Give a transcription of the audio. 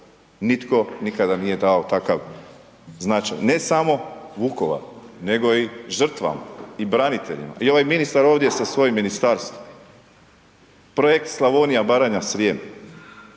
nitko nikada nije dao takav značajan, ne samo Vukovaru nego i žrtvama i braniteljima i ovaj ministar ovdje sa svojim ministarstvom, Projekt Slavonija, Baranja, Srijem,